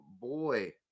boy